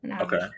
Okay